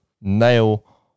nail